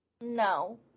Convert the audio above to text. No